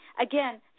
Again